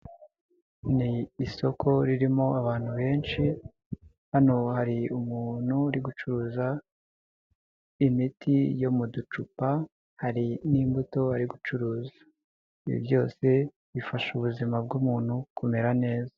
Ni isoko ririmo abantu benshi, hano hari umuntu uri gucuruza imiti yo mu ducupa, hari n'imbuto ari gucuruza. Ibi byose bifasha ubuzima bw'umuntu kumera neza.